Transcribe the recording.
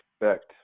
expect